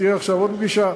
ותהיה עכשיו עוד פגישה.